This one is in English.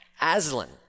Aslan